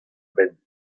benn